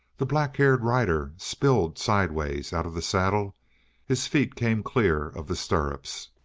the black-haired rider spilled sidewise out of the saddle his feet came clear of the stirrups,